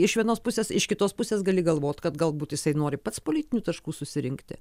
iš vienos pusės iš kitos pusės gali galvot kad galbūt jisai nori pats politinių taškų susirinkti